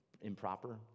improper